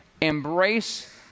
embrace